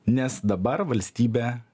nes dabar valstybė